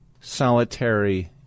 solitary